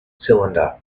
cylinder